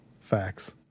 facts